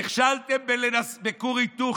נכשלתם בכור ההיתוך,